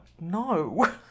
No